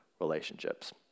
relationships